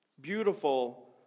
beautiful